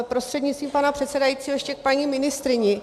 Prostřednictvím pana předsedajícího ještě k paní ministryni.